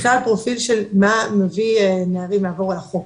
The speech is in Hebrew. בכלל פרופיל של מה מביא נערים לעבור על החוק.